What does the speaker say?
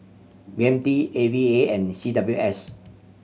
B M T A V A and C W S